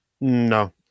No